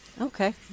Okay